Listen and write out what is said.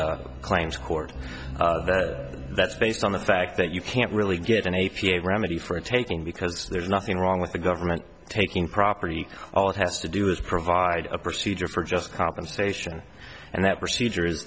claims court that's based on the fact that you can't really get an a p a remedy for taking because there's nothing wrong with the government taking property all it has to do is provide a procedure for just compensation and that procedure is